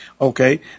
Okay